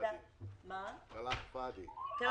כלאם פאדי.